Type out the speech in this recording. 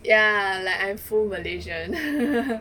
ya like I'm full malaysian